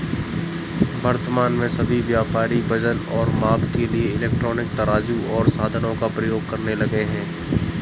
वर्तमान में सभी व्यापारी वजन और माप के लिए इलेक्ट्रॉनिक तराजू ओर साधनों का प्रयोग करने लगे हैं